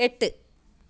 എട്ട്